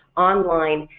online,